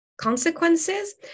consequences